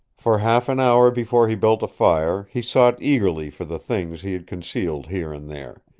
for half an hour before he built a fire he sought eagerly for the things he had concealed here and there.